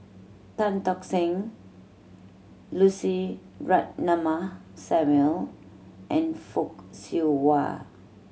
Tan Tock Seng Lucy Ratnammah Samuel and Fock Siew Wah